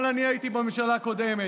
אבל אני הייתי בממשלה הקודמת,